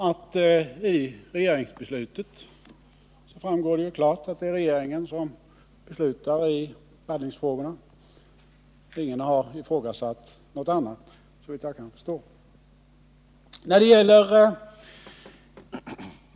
Av regeringsbeslutet framgår klart att det är regeringen som beslutar i laddningsfrågorna, och ingen har såvitt jag kan förstå ifrågasatt det.